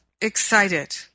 excited